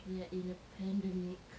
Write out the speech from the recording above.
we're in a pandemic